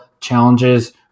challenges